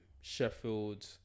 Sheffield